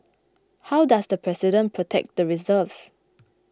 how does the President protect the reserves